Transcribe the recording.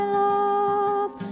love